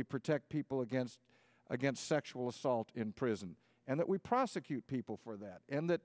we protect people against against sexual assault in prison and that we prosecute people for that and that